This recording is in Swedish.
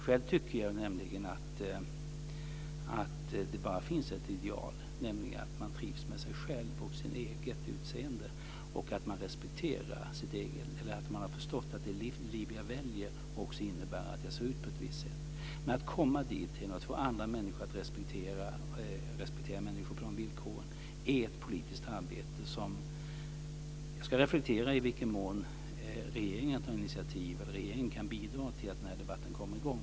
Själv tycker jag att det bara finns ett ideal, nämligen att man trivs med sig själv och sitt eget utseende. Man bör förstå att det liv man väljer också innebär att man ser ut på ett visst sätt. Men att komma dit, och att få människor att respektera varandra på de villkoren, är ett politiskt arbete. Jag ska reflektera över i vilken mån regeringen kan ta initiativ och bidra till att debatten kommer i gång.